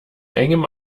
engem